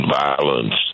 violence